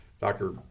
doctor